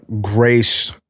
Grace